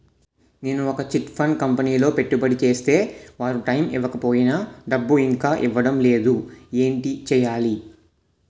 నేను ఒక chit fund కంపెనీలో పెట్టుబడి చేస్తే వారు టైమ్ ఇవ్వకపోయినా డబ్బు ఇంకా ఇవ్వడం లేదు ఏంటి చేయాలి?